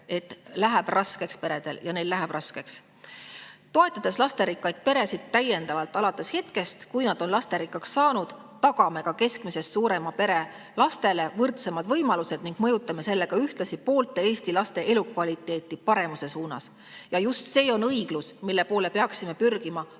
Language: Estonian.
läheb raskeks. Ja neil läheb raskeks. Toetades lasterikkaid peresid täiendavalt alates hetkest, kui nad on lasterikkaks saanud, tagame ka keskmisest suurema pere lastele võrdsemad võimalused ning mõjutame sellega ühtlasi poolte Eesti laste elukvaliteeti paremuse suunas. Just see on õiglus, mille poole peaksime pürgima, aga